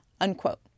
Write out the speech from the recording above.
unquote